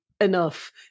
enough